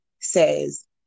says